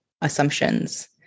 assumptions